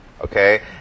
Okay